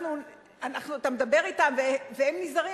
אתה מדבר אתם והם נזהרים,